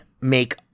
make